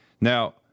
Now